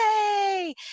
yay